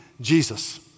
Jesus